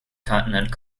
continent